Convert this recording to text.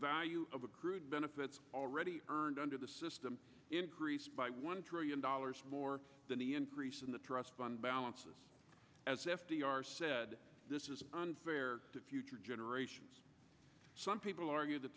value of accrued benefits already earned under the system increased by one trillion dollars more than the increase in the trust fund balance as f d r said this is unfair to future generations some people argue that